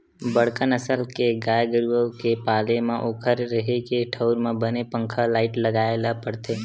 बड़का नसल के गाय गरू के पाले म ओखर रेहे के ठउर म बने पंखा, लाईट लगाए ल परथे